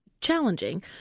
challenging